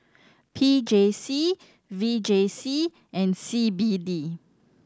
P J C V J C and C B D